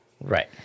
Right